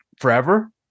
forever